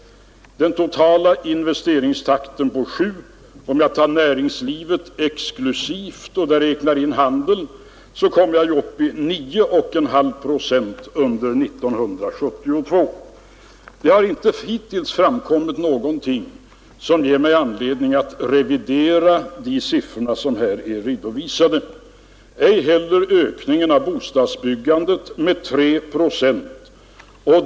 Den totala investeringstakten beräknas till 7 procent, och om jag tar näringslivet exklusivt och där räknar in handeln, så kommer jag upp till 9,5 procent under 1972. Det har hittills inte framkommit någonting som ger mig anledning att revidera de siffror som redovisats. Detsamma gäller den beräknade ökningen av bostadsbyggandet med 3 procent.